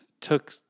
Took